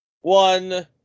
one